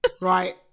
Right